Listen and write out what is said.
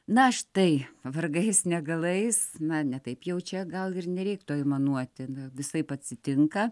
na štai vargais negalais na ne taip jau čia gal ir nereiktų aimanuoti na visaip atsitinka